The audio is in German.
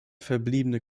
verbliebene